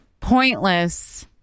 pointless